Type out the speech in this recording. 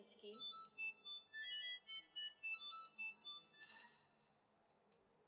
the scheme